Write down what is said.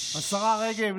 השרה רגב,